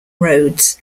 rhodes